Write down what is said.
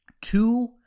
Two